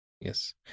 Yes